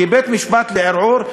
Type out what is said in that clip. כי בית-משפט לערעור,